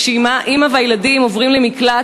כשאימא וילדיה עוברים למקלט,